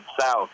south